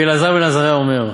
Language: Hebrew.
רבי אלעזר בן עזריה אומר,